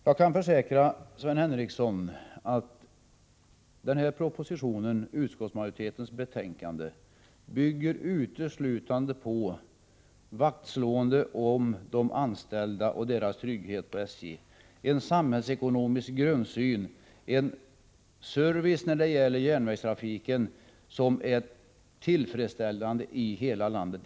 Jag kan försäkra Sven Henricsson att propositionen och utskottsmajoritetens betänkande uteslutande bygger på vaktslående om de SJ-anställdas trygghet, en samhällsekonomisk grundsyn och en service när det gäller järnvägstrafiken som är tillfredsställande i hela landet.